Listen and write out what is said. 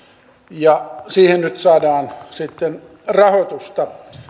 ja siihen nyt saadaan sitten rahoitusta